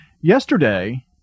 Yesterday